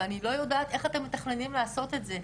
ואני לא יודעת איך אתם מתכננים לעשות את זה.